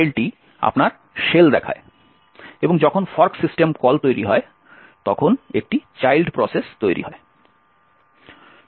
এবং যখন fork system call তৈরি হয় তখন একটি চাইল্ড প্রসেস তৈরি হয়